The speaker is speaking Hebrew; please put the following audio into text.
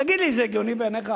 תגיד לי, זה הגיוני בעיניך?